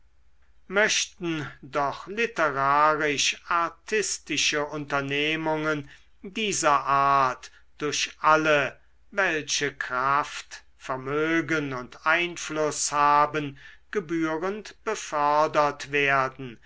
möchten doch literarisch artistische unternehmungen dieser art durch alle welche kraft vermögen und einfluß haben gebührend befördert werden